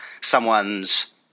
someone's